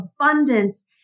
abundance